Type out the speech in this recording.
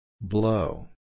Blow